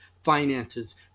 finances